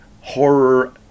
horror